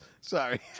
Sorry